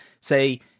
Say